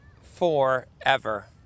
forever